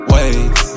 Wait